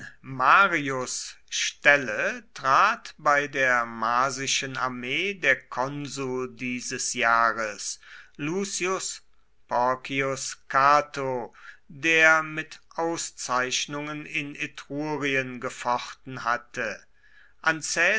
marius stelle trat bei der marsischen armee der konsul dieses jahres lucius porcius cato der mit auszeichnungen in etrurien gefochten hatte an